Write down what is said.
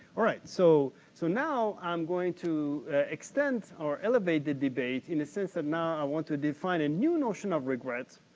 all right, so so now i'm going to extend or elevate the debate in the sense that now i want to define a new notion of regret.